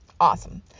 awesome